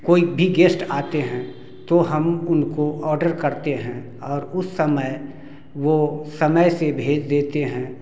कोई भी गेस्ट आते हैं तो हम उनको ऑर्डर करते हैं और उस समय वो समय से भेज देते हैं